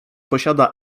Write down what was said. posiada